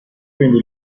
quindi